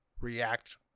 react